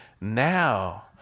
now